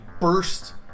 burst